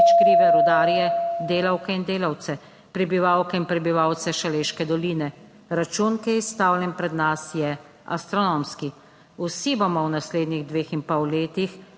Hvala.